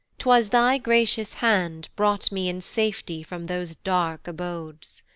twas thy gracious hand brought me in safety from those dark abodes.